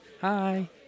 Hi